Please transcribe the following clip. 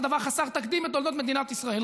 זה דבר חסר תקדים בתולדות מדינת ישראל,